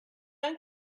going